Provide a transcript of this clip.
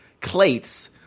Clates